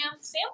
Sam